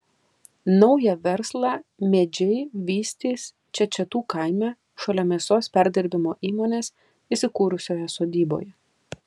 naują verslą mėdžiai vystys čečetų kaime šalia mėsos perdirbimo įmonės įsikūrusioje sodyboje